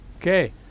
Okay